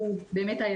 אלה הם הילדים.